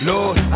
Lord